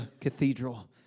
cathedral